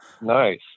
Nice